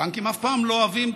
הבנקים אף פעם לא אוהבים,